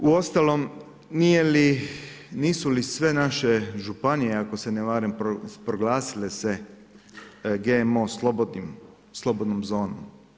Uostalom, nisu li sve naše županije ako se ne varam proglasile se GMO slobodnom zonom?